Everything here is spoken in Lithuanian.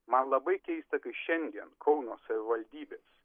man labai keista kai šiandien kauno savivaldybės